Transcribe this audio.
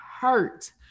hurt